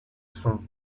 sont